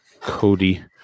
Cody